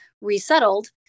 resettled